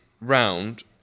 round